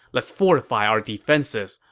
let's fortify our defenses.